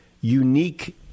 Unique